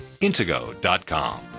intego.com